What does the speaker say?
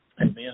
Amen